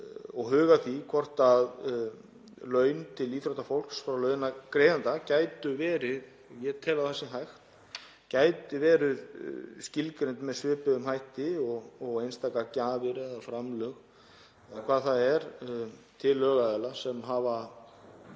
og huga að því hvort laun til íþróttafólks frá launagreiðanda gætu verið, ég tel að það sé hægt, skilgreind með svipuðum hætti og einstaka gjafir eða framlög eða hvað það er til lögaðila sem hafa